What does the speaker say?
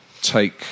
take